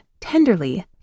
tenderly